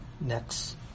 Next